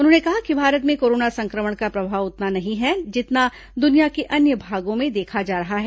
उन्होंने कहा कि भारत में कोरोना संक्रमण का प्रभाव उतना अधिक नहीं है जितना दुनिया के अन्य भागों में देखा जा रहा है